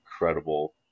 incredible